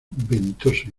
ventoso